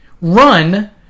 run